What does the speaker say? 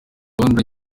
gahunda